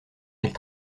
elle